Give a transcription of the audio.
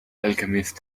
alchemist